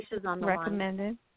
recommended